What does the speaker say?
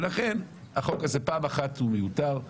ולכן החוק הזה פעם אחת הוא מיותר.